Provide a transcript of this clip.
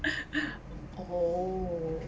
oh